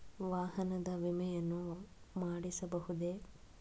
ವಾಹನದ ವಿಮೆಯನ್ನು ಮಾಡಿಸಬಹುದೇ?